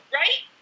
right